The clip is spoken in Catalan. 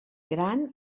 gran